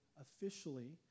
officially